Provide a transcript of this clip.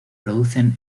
producen